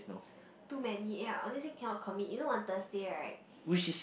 too many ya honestly cannot commit you know on Thursday right